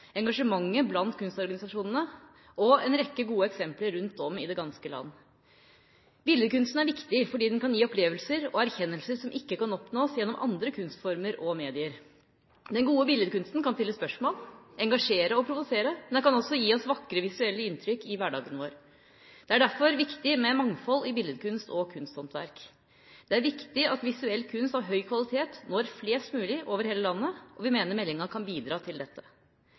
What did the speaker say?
engasjementet blant kunstorganisasjonene og en rekke gode eksempler rundt om i det ganske land. Billedkunsten er viktig fordi den kan gi opplevelser og erkjennelser som ikke kan oppnås gjennom andre kunstformer og medier. Den gode billedkunsten kan stille spørsmål, engasjere og provosere, men den kan også gi oss vakre visuelle inntrykk i hverdagen vår. Det er derfor viktig med mangfold i billedkunst og kunsthåndverk. Det er viktig at visuell kunst av høy kvalitet når flest mulig over hele landet, og vi mener at meldinga kan bidra til dette.